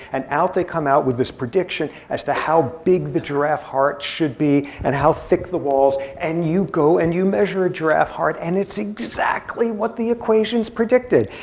and out they come out with this prediction as to how big the giraffe heart should be and how thick the walls. and you go and you measure a giraffe heart, and it's exactly what the equations predicted.